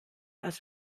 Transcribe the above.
aus